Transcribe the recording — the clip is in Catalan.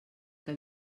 que